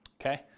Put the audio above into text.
Okay